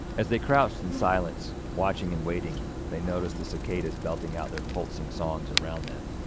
as they crouched in silence, watching and waiting, they noticed the cicadas belting out their pulsing songs around them,